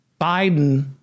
Biden